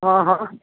અહહ